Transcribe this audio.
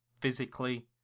physically